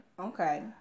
okay